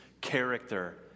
character